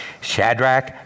Shadrach